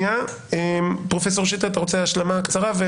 פרופ' שטרית, השלמה קצרה.